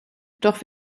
doch